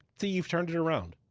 see, you've turned it around.